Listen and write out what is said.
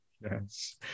yes